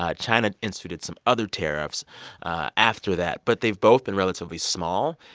ah china instituted some other tariffs after that. but they've both been relatively small.